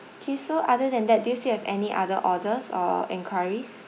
okay so other than that do you still have any other orders or enquiries